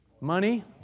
Money